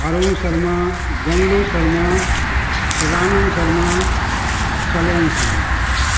Arun Sharma Janglu Sharma Sadanand Sharma Salen Sharma